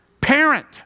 Parent